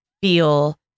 feel